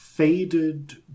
...faded